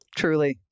truly